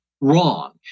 wrong